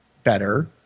better